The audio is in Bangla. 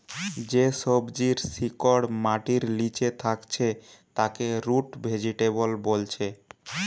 যে সবজির শিকড় মাটির লিচে থাকছে তাকে রুট ভেজিটেবল বোলছে